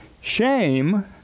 Shame